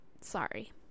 Sorry